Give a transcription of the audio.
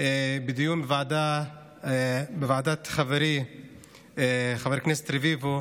בדיון ועדה בוועדת חברי חבר הכנסת רביבו,